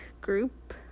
group